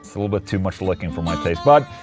a little bit too much licking for my taste, but.